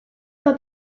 but